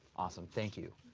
awesome. thank you.